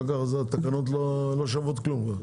ואחר כך התקנות לא שוות כלום.